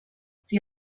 sie